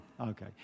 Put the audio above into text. Okay